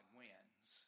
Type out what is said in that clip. wins